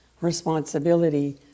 responsibility